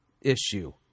issue